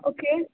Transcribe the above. okay